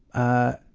a